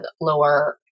lower